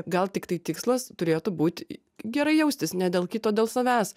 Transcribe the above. gal tiktai tikslas turėtų būt gerai jaustis ne dėl kito dėl savęs